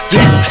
Yes